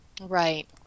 Right